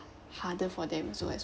harder for them so as